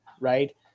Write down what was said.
right